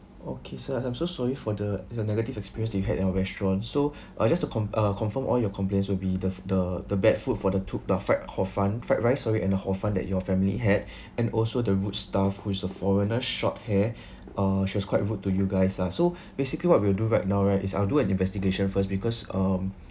okay sir I'm so sorry for the your negative experience that you had in our restaurant so I just to conf~ uh confirm all your complaints will be the the the bad food for the two the fried hor fun fried rice sorry and the hor fun that you and your family had and also the rude staff who is a foreigner short hair uh she was quite rude to you guys ah so basically what we'll do right now right is I'll do an investigation first because um